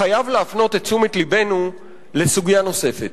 חייב להפנות את תשומת לבנו לסוגיה נוספת,